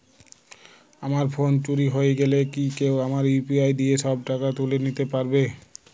আমার ফোন চুরি হয়ে গেলে কি কেউ আমার ইউ.পি.আই দিয়ে সব টাকা তুলে নিতে পারবে?